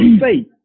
faith